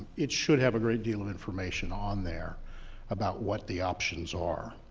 it should have a great deal of information on there about what the options are